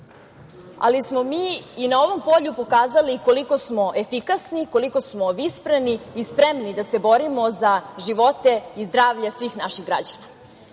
ali smo mi i na ovom polju pokazali koliko smo efikasni, koliko smo vispreni i spremni da se borimo za živote i zdravlje svih naših građana.